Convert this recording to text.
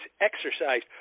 exercise